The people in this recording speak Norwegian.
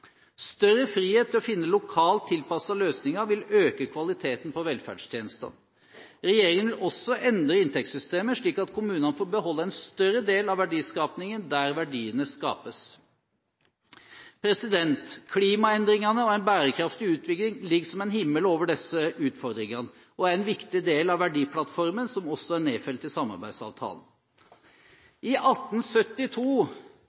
Større frihet til å finne lokalt tilpassede løsninger vil øke kvaliteten på velferdstjenester. Regjeringen vil også endre inntektssystemet, slik at kommunene får beholde en større del av verdiskapingen der verdiene skapes. Klimaendringene og en bærekraftig utbygging ligger som en himmel over disse utfordringene og er en viktig del av verdiplattformen som også er nedfelt i